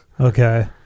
Okay